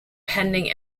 pending